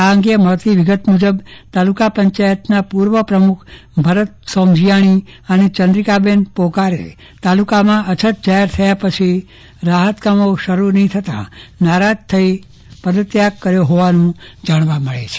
આ અંગે મળતી વિગતો મુજબ તાલુકા પંચાયતના પૂર્વ પ્રમુખ ભરત સોમજીયાણી અને ચંદ્રકાબેન પોકારે તાલુકામાં અછત જાહેર થયા પછી રાહતકામો શરૂ નહીં થતાં નારાજ થઈ પદ ત્યાગ કર્યો હોવાનું જાણવા મળે છે